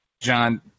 John